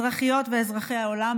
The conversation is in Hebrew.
אזרחיות ואזרחי העולם,